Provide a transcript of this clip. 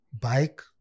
bike